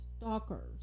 stalkers